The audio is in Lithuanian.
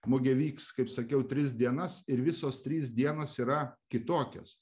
mugė vyks kaip sakiau tris dienas ir visos trys dienos yra kitokios